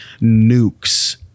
nukes